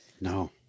No